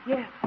Yes